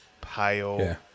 pale